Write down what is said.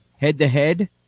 head-to-head